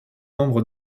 nombre